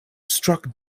struck